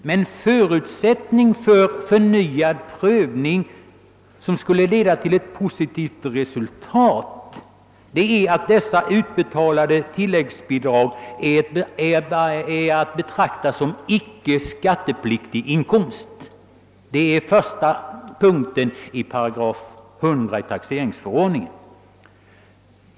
Men förutsättningen för förnyad prövning, som skulle leda till ett positivt resultat, är att dessa utbetalade tilläggsbidrag är att betrakta som icke skattepliktig inkomst enligt första punkten i 100 § taxeringsförordningen.